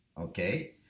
Okay